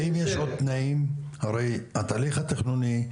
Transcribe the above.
הרי, התהליך התכנוני,